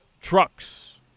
trucks